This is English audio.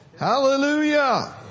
Hallelujah